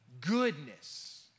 goodness